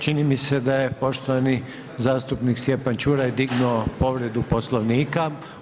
Čini mi se da je poštovani zastupnik Stjepan Ćuraj dignuo povredu Poslovnika.